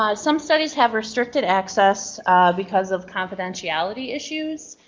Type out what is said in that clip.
ah some studies have restricted access because of confidentiality issues,